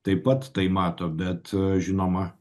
taip pat tai mato bet žinoma